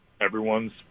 everyone's